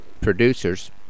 producers